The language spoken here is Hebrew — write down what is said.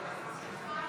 במוצרים,